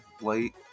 late